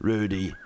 Rudy